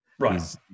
Right